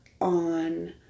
on